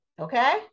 Okay